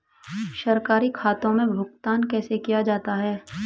सरकारी खातों में भुगतान कैसे किया जाता है?